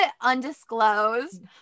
undisclosed